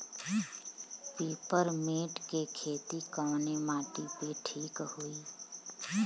Peppermint के खेती कवने माटी पे ठीक होई?